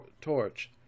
torch